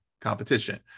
competition